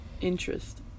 interest